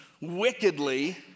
wickedly